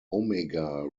omega